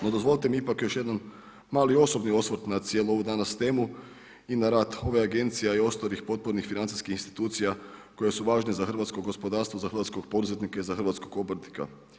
No, dozvolite mi ipak još jednom mali osobni osvrt na cijelu ovu danas temu i na rad ove agencije, a ostalih potpornih financijskih institucija koje su važne za hrvatsko gospodarstvo, za hrvatskog poduzetnika i za hrvatskog obrtnika.